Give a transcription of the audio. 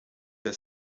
der